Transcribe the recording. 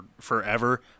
forever